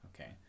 okay